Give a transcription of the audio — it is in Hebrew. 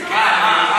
מה?